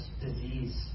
disease